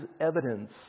evidence